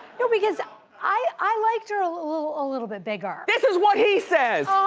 no, because i liked her a little ah little bit bigger. this is what he says!